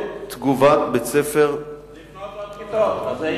ולבנות עוד כיתות.